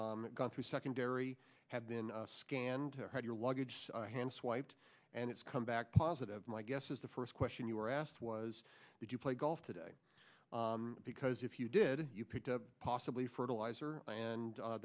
a gun through secondary have been scanned to hide your luggage hand swiped and it's come back positive my guess is the first question you were asked was if you play golf today because if you did you picked up possibly fertilizer and